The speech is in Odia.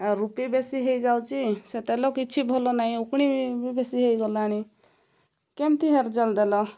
ଆଉ ରୁପି ବେଶୀ ହେଇଯାଉଛି ସେ ତେଲ କିଛି ଭଲ ନାହିଁ ଉକୁଣି ବି ବେଶୀ ହେଇଗଲାଣି କେମିତି ହେୟାର ଜେଲ୍ ଦେଲ